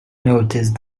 noticed